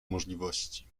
możliwości